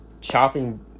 chopping